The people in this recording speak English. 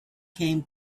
came